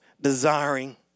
desiring